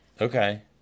Okay